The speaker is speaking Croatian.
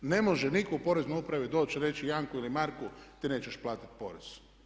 Ne može nitko u poreznoj upravi doć i reći Janku ili Marku, ti nećeš platiti porez.